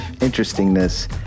interestingness